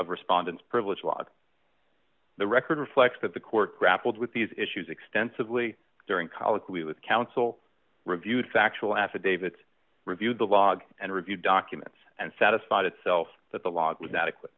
of respondents privilege log the record reflects that the court grappled with these issues extensively during colloquy with counsel reviewed factual affidavits reviewed the log and reviewed documents and satisfied itself that the log was adequate